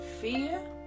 fear